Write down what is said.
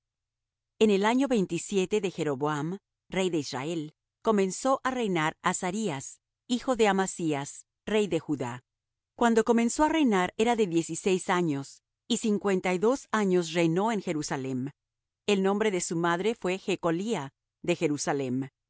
en el año veintisiete de jeroboam rey de israel comenzó á reinar azarías hijo de amasías rey de judá cuando comenzó á reinar era de dieciséis años y cincuenta y dos años reinó en jerusalem el nombre de su madre fué jecolía de jerusalem